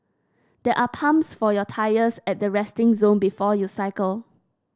there are pumps for your tyres at the resting zone before you cycle